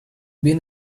been